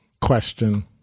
question